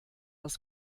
das